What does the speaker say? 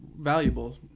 valuable